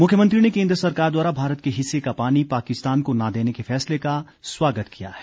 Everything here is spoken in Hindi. मुख्यमंत्री ने केंद्र सरकार द्वारा भारत के हिस्से का पानी पाकिस्तान को न देने के फैसले का स्वागत किया है